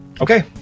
okay